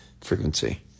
frequency